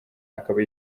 akaba